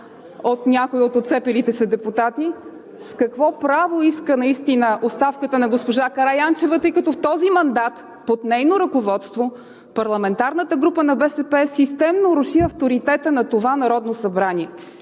от някои от отцепилите се депутати. С какво право иска наистина оставката на госпожа Караянчева, тъй като в този мандат под нейно ръководство парламентарната група на БСП системно руши авторитета на това Народно събрание?